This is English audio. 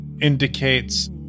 indicates